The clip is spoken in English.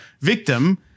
victim